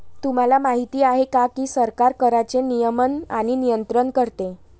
तुम्हाला माहिती आहे का की सरकार कराचे नियमन आणि नियंत्रण करते